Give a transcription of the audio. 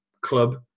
club